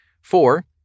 Four